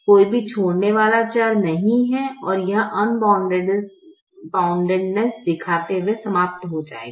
कोई भी छोड़ने वाला चर नहीं है और यह अनबाउंडनेस दिखाते हुए समाप्त हो जाएगा